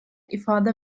ifade